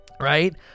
right